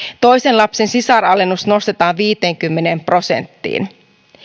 toisen lapsen sisaralennus nostetaan viiteenkymmeneen prosenttiin